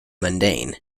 mundane